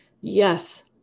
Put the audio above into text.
Yes